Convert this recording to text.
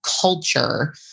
culture